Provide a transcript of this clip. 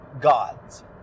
gods